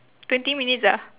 twenty minutes ah